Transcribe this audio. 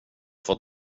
fått